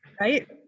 right